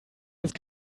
jetzt